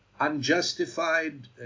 unjustified